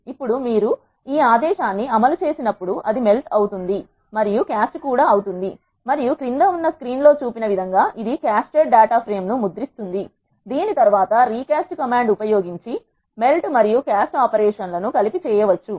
ఇప్పుడు మీరు ఈ ఆదేశాన్ని అమలు చేసినప్పుడు అది మెల్ట్ అవుతుంది మరియు అది క్యాస్ట్ కూడా అవుతుంది మరియు క్రింద ఉన్న నా ఈ స్క్రీన్ లో చూపిన విధంగా ఇది ఇది క్యాస్ట్టెడ్ డాటా ఫ్రేమ్ ను ముద్రిస్తుంది దీని తర్వాత రీ క్యాస్ట్ కమాండ్ ఉపయోగించి మరియు మెల్ట్ మరియు క్యాస్ట్ ఆపరేషన్ లను కలిపి చేయవచ్చు